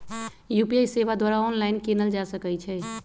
UPI सेवा द्वारा online कीनल जा सकइ छइ